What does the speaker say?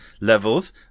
levels